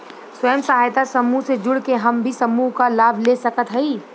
स्वयं सहायता समूह से जुड़ के हम भी समूह क लाभ ले सकत हई?